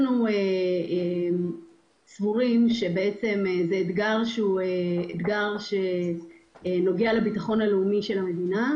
אנחנו סבורים שזהו אתגר שנוגע לביטחון הלאומי של המדינה.